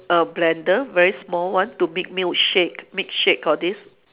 err blender very small one to make milkshake make shake all this